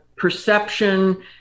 perception